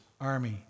army